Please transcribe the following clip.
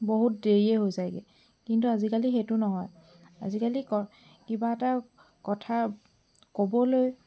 বহুত দেৰিয়ে হৈ যায়গৈ কিন্তু আজিকালি সেইটো নহয় আজিকালি ক কিবা এটা কথা ক'বলৈ